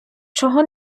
чого